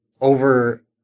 over